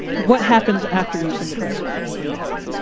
what happens after use in the present and the card?